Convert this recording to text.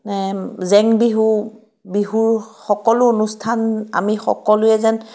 মানে জেংবিহু বিহুৰ সকলো অনুষ্ঠান আমি সকলোৱে যেন